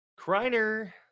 Kreiner